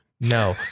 No